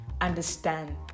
understand